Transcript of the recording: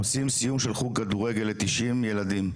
אנחנו עושים סיום של חוג כדורגל לתשעים ילדים,